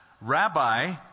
Rabbi